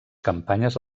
campanyes